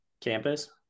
campus